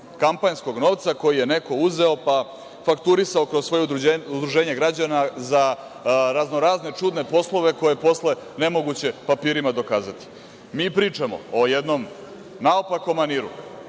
kampanjskog novca koji je neko uzeo, pa fakturisao kroz svoje udruženje građana za razno-razne čudne poslove koje je posle nemoguće papirima dokazati. Mi pričamo o jednom naopakom maniru